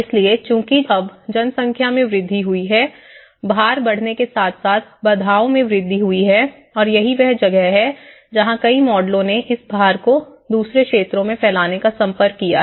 इसलिए चूंकि अब जनसंख्या में वृद्धि हुई है भार बढ़ने के साथ साथ बाधाओं में वृद्धि हुई है और यही वह जगह है जहाँ कई मॉडलों ने इस भार को दूसरे क्षेत्रों में फैलाने का संपर्क किया है